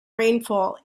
rainfall